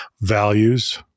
Values